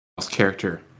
character